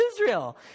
Israel